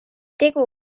tegu